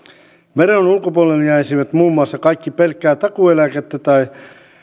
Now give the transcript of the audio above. veron ulkopuolelle jäisivät muun muassa kaikki pelkkää takuueläkettä tai